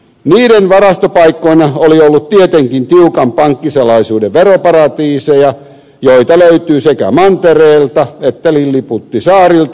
rahojen varastopaikkoina oli ollut tietenkin tiukan pankkisalaisuuden veroparatiiseja joita löytyy sekä mantereelta että lilliputtisaarilta